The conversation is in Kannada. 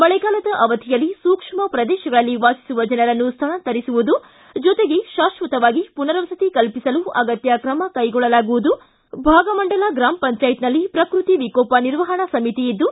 ಮಳೆಗಾಲದ ಅವಧಿಯಲ್ಲಿ ಸೂಕ್ಷ್ಮ ಪ್ರದೇಶಗಳಲ್ಲಿ ವಾಸಿಸುವ ಜನರನ್ನು ಸ್ಥಳಾಂತರಿಸುವುದು ಜೊತೆಗೆ ಶಾಶ್ವತವಾಗಿ ಪುನರ್ ವಸತಿ ಕಲ್ಲಿಸಲು ಅಗತ್ಯ ಕ್ರಮ ಕೈಗೊಳ್ಳುವುದು ಭಾಗಮಂಡಲ ಗ್ರಮ ಪಂಚಾಯತ್ನಲ್ಲಿ ಪ್ರಕೃತಿ ವಿಕೋಪ ನಿರ್ವಹಣಾ ಸಮಿತಿ ಇದ್ದು